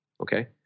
Okay